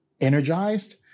energized—